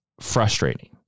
frustrating